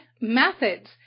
methods